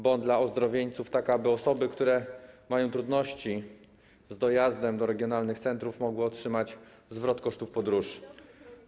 bon dla ozdrowieńców, tak aby osoby, które mają trudności z dojazdem do regionalnych centrów, mogły otrzymać zwrot kosztów podróży.